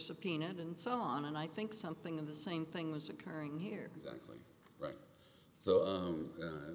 subpoenaed and so on and i think something of the same thing was occurring here exactly right so